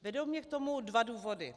Vedou mě k tomu dva důvody.